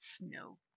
no